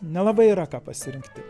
nelabai yra ką pasirinkti